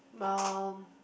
while